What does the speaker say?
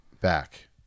back